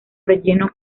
relleno